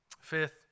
Fifth